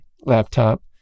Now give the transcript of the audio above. laptop